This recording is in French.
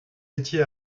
étiez